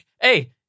Hey